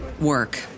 work